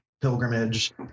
pilgrimage